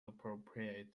appropriate